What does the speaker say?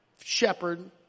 shepherd